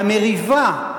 המריבה,